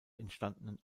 entstandenen